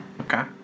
Okay